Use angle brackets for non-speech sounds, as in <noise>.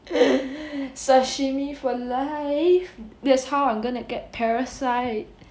<breath> sashimi for life that's how I'm gonna get parasite